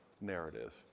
narrative